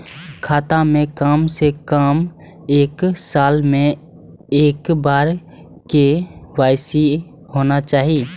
खाता में काम से कम एक साल में एक बार के.वाई.सी होना चाहि?